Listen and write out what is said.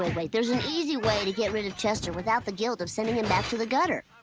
wait, there's an easy way to get rid of chester without the guilt of sending him back to the gutter.